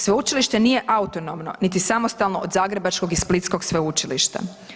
Sveučilište nije autonomno, niti samostalno od zagrebačkog i splitskog sveučilišta.